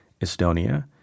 Estonia